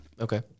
Okay